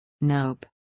Nope